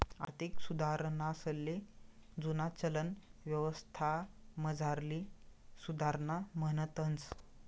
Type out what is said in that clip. आर्थिक सुधारणासले जुना चलन यवस्थामझारली सुधारणा म्हणतंस